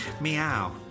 Meow